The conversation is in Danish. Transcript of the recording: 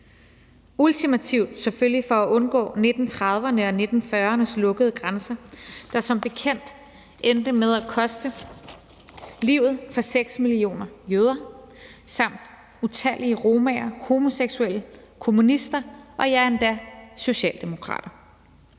ultimativt selvfølgelig for at undgå 1930'erne og 1940'ernes lukkede grænser, der som bekendt endte med at koste livet for 6 millioner jøder samt utallige romaer, homoseksuelle, kommunister og ja, endda socialdemokrater.